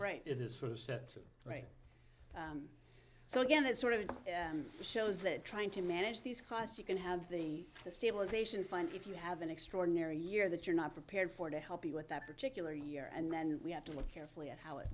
brain is sort of set right so again that sort of shows that trying to manage these costs you can have the stabilization fund if you have an extraordinary year that you're not prepared for to help you with that particular year and then we have to look carefully at how it